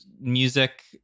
music